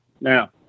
Now